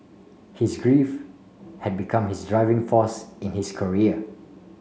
his grief had become his driving force in his career